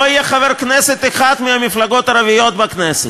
לא יהיה חבר כנסת אחד מהמפלגות הערביות בכנסת.